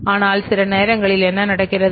ஆனால் சில நேரங்களில் என்ன நடக்கிறது